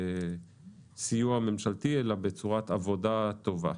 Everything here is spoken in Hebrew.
וסיוע ממשלתי אלא בצורת עבודה טובה.